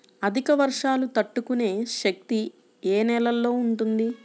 అధిక వర్షాలు తట్టుకునే శక్తి ఏ నేలలో ఉంటుంది?